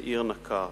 מאיר נקר,